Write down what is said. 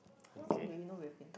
okay